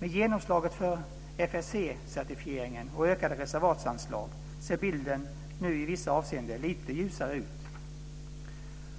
Med genomslaget för FSC-certifiering och ökade reservatsanslag ser bilden nu i vissa avseenden lite ljusare ut.